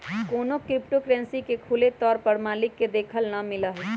कौनो crypto currency के खुले तौर पर मालिक के देखे ला ना मिला हई